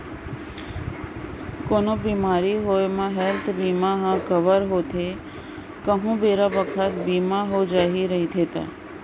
कोनो बेमारी होये म हेल्थ बीमा ह कव्हर होथे कहूं बेरा बखत बीमा हो जाही रइही ता